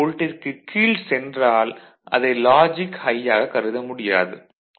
66 வோல்ட்டிற்கு கீழ் சென்றால் அதை லாஜிக் ஹையாக கருத முடியாது